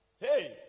Hey